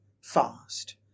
fast